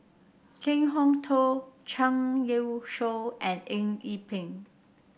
Kan Kwok Toh Zhang Youshuo and Eng Yee Peng